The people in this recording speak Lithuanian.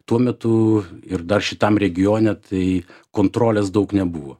tuo metu ir dar šitam regione tai kontrolės daug nebuvo